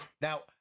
now